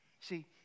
See